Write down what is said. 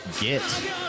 get